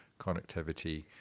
connectivity